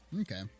okay